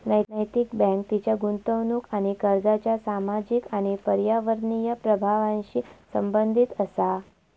नैतिक बँक तिच्या गुंतवणूक आणि कर्जाच्या सामाजिक आणि पर्यावरणीय प्रभावांशी संबंधित असा